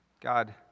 God